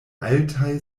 altaj